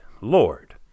Lord